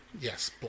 Yes